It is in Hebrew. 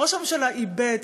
ראש הממשלה איבד,